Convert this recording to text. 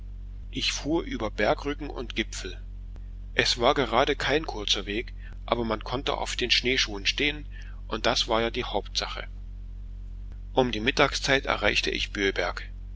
ich fuhr über bergrücken und gipfel es war gerade kein kurzer weg aber man konnte auf den schneeschuhen stehen und das war ja die hauptsache um die mittagszeit erreichte ich